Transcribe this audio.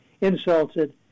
insulted